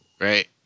Right